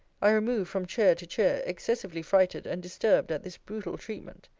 i removed from chair to chair, excessively frighted and disturbed at this brutal treatment.